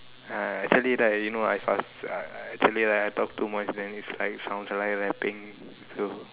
uh actually that you know I I I actually like I talk too much then is like sounds like I rapping so